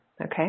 okay